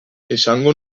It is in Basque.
esango